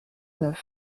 neuf